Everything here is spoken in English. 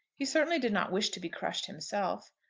he certainly did not wish to be crushed himself.